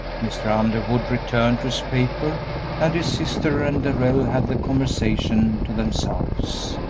mr. underwood returned to his paper and his sister and darrell had the conversation to themselves.